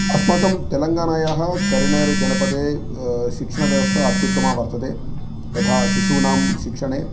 अस्माकं तेलेङ्गानायाः करिणगर् जनपदे शिक्षणव्यवस्था अत्युत्तमा वर्तते यथा शिशूनां शिक्षणे